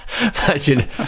Imagine